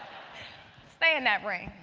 stay in that ring.